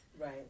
Right